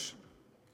היושבת-ראש,